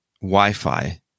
Wi-Fi